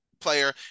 player